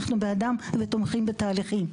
אנחנו בעדם ותומכים בתהליכים,